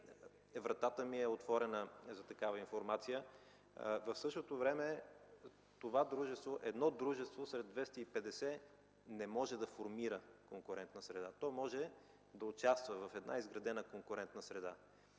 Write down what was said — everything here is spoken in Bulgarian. Вратата ми е отворена за такава информация. В същото време, едно дружество сред 250 не може да формира конкурентна среда, то може да участва в една изградена конкурентна среда.